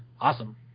Awesome